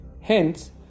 Hence